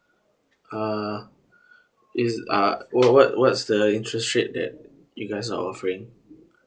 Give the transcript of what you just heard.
uh is uh what what what's the interest rate that you guys are offering